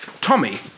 Tommy